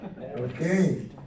Okay